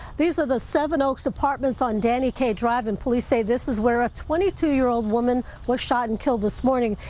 these are the seven oaks apartments on danny kaye drive, and police say this is where a twenty two year old woman was shot and killed this morning.